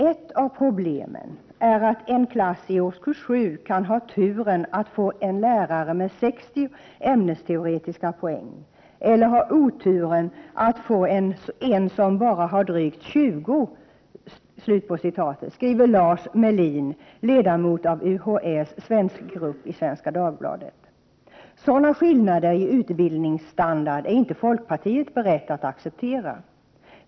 ”Ett av problemen är att en klass i årskurs 7 kan ha turen att få en lärare med 60 ämnesteoretiska poäng eller ha oturen att få en som bara har drygt 20.” Så skriver Lars Melin, ledamot av UHÄ:s svenskgrupp, i Svenska Dagbladet. Sådana skillnader i utbildningsstandard är inte folkpartiet berett att acceptera.